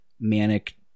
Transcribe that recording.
manic